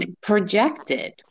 projected